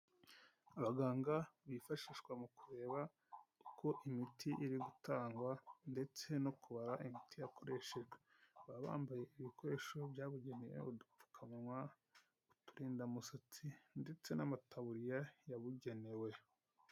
Abaganga bifashishwa mu kureba uko imiti iri gutangwa ndetse no kubara imiti yakoreshejwe ,baba bambaye ibikoresho byabugenewe udupfukamunwa turindamusatsi ndetse n'amataburiya yabugenewe.